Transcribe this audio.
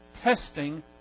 Testing